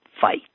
fight